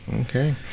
okay